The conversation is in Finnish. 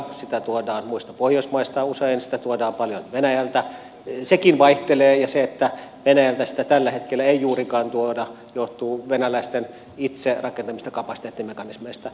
sitä tuodaan muista pohjoismaista usein sitä tuodaan paljon venäjältä sekin vaihtelee ja se että venäjältä sitä tällä hetkellä ei juurikaan tuoda johtuu venäläisten itse rakentamista kapasiteettimekanismeista